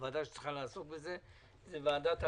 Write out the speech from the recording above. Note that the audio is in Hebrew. הוועדה שצריכה לעסוק בזה היא ועדת העבודה,